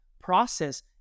process